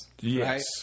Yes